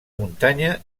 muntanya